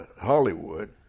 Hollywood